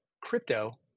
crypto